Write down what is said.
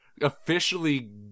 officially